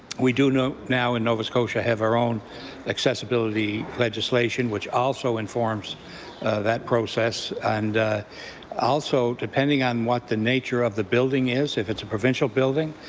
we do know now in nova scotia have our own accessibility legislation that also informs that process. and also depending on what the nature of the building is, if it's a provincial building,